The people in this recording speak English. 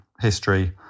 history